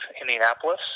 Indianapolis